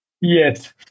Yes